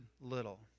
little